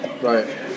right